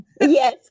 Yes